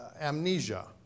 amnesia